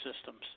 systems